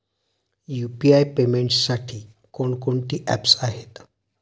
UPI पेमेंटसाठी कोणकोणती apps आहेत?